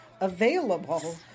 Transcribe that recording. available